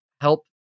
help